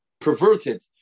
perverted